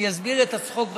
אני אסביר את הצחוק בסוף.